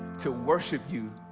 to worship you